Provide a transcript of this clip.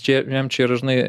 čia jiem čia yra žinai